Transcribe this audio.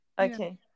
Okay